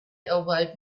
elbowed